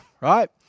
Right